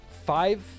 Five